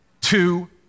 two